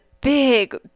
Big